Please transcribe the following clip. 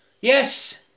yes